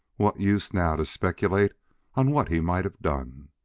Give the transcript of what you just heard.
what use now to speculate on what he might have done.